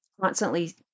constantly